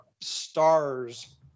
stars